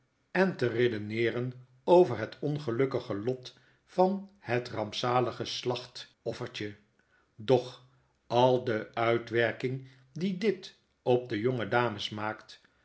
en te redeneeren over het ongelukkige lot van het rampzalige slachtoffertje doch al de uitwerking die dit op de jonge dames maakt